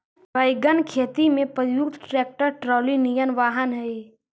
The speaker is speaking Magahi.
वैगन खेती में प्रयुक्त ट्रैक्टर ट्रॉली निअन वाहन हई